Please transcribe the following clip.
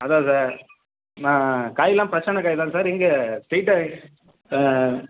அதுதான் சார் நான் காயெல்லாம் ஃப்ரெஷ்ஷான காய் தானா சார் இங்கே ஸ்ட்ரெய்ட்டாக ஆ ஆ